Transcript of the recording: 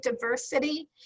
diversity